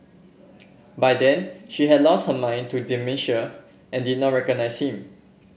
by then she had lost her mind to dementia and did not recognise him